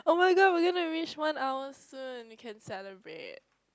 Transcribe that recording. [oh]-my-god we're gonna reach one hour soon we can celebrate